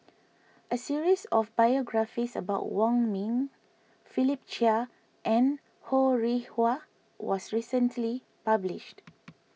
a series of biographies about Wong Ming Philip Chia and Ho Rih Hwa was recently published